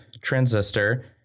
Transistor